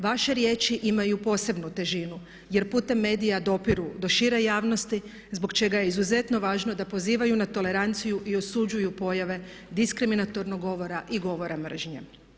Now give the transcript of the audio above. Vaše riječi imaju posebnu težinu, jer putem medija dopiru do šire javnosti zbog čega je izuzetno važno da pozivaju na toleranciju i osuđuju pojave diskriminatornog govora i govora mržnje.